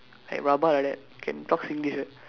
like rabak like that can talk Singlish what